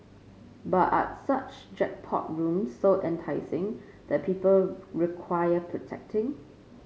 but are such jackpot rooms so enticing that people require protecting